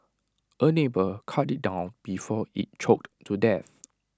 A neighbour cut IT down before IT choked to death